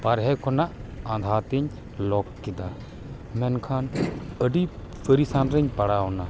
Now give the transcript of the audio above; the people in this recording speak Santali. ᱵᱟᱨᱦᱮ ᱠᱷᱚᱱᱟᱜ ᱟᱸᱫᱷᱟ ᱛᱤᱧ ᱞᱚᱠ ᱠᱮᱫᱟ ᱢᱮᱱᱠᱷᱟᱱ ᱟᱹᱰᱤ ᱯᱟᱨᱤᱥᱟᱱ ᱨᱮᱧ ᱯᱟᱲᱟᱣ ᱮᱱᱟ